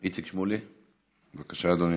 איציק שמולי, בבקשה, אדוני,